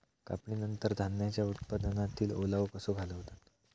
कापणीनंतर धान्यांचो उत्पादनातील ओलावो कसो घालवतत?